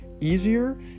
easier